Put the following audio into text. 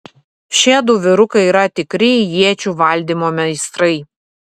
šiedu vyrukai yra tikri iečių valdymo meistrai